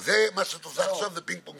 במסגרות האשראי של האוכלוסייה המבוגרת,